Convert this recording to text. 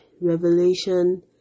revelation